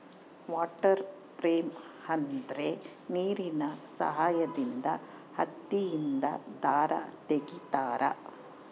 water frame ಅಂದ್ರೆ ನೀರಿನ ಸಹಾಯದಿಂದ ಹತ್ತಿಯಿಂದ ದಾರ ತಗಿತಾರ